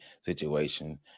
situation